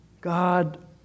God